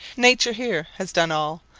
nature here has done all,